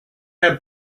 her